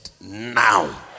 now